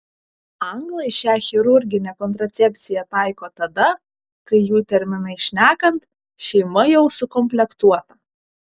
anglai šią chirurginę kontracepciją taiko tada kai jų terminais šnekant šeima jau sukomplektuota